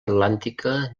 atlàntica